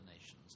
nations